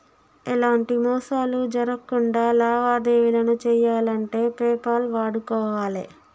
ఎలాంటి మోసాలు జరక్కుండా లావాదేవీలను చెయ్యాలంటే పేపాల్ వాడుకోవాలే